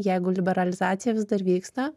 jeigu liberalizacija vis dar vyksta